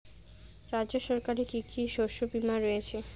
রাজ্য সরকারের কি কি শস্য বিমা রয়েছে?